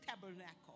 tabernacle